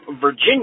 Virginia